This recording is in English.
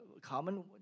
common